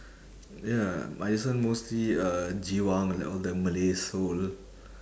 ya my this one mostly uh giwang like all the malay soul